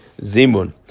Zimun